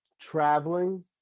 traveling